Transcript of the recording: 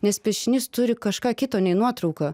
nes piešinys turi kažką kito nei nuotrauka